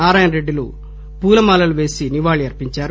నారాయణరెడ్డి లు పూలమాలలు వేసి నివాళులు అర్సించారు